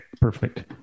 perfect